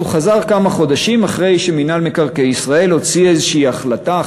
חזר כמה חודשים אחרי שמינהל מקרקעי ישראל הוציא איזושהי החלטה,